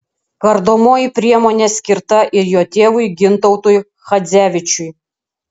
kardomoji priemonė skirta ir jo tėvui gintautui chadzevičiui